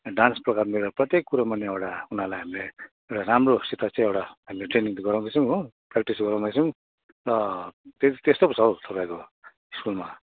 dance programme एउटा प्रत्येक कुरामा नै एउटा उनीहरूलाई हामीले एउटा राम्रोसित चाहिँ एउटा ट्रेनिङ गराउँदैछौँ हो प्रयाक्टिस गराउँदैछौँ र त्यस्तो पो छ हो तपाईँको स्कुलमा